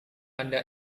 anda